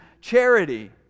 charity